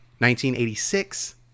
1986